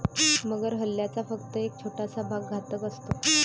मगर हल्ल्याचा फक्त एक छोटासा भाग घातक असतो